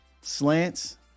slants